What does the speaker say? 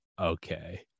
okay